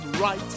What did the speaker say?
right